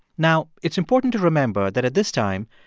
now, it's important to remember that at this time,